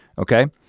okay?